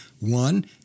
one